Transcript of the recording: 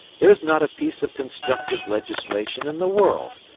there is not a piece of constructive legislation in the world,